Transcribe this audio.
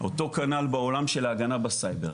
אותו כנ"ל בעולם של הגנה בסייבר.